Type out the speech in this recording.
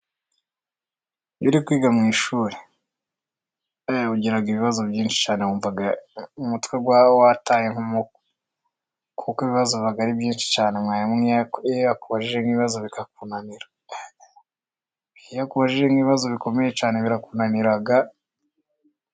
Iyo uri kwiga mu ishuri, ugira ibibazo byinshi cyane, wumva umutwe wataye, kuko ibibazo biba ari byinshi cyane, mwarimu nk'iyo akubajije ibibazo bikakunra. Iyo akubajije ibibazo bikomeye cyane birakunanira,..